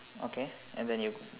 okay and then you